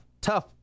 tough